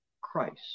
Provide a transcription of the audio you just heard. Christ